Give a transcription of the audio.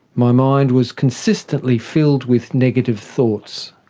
my mind was consistently filled with negative thoughts.